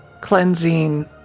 cleansing